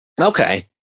Okay